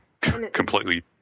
completely